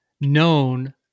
known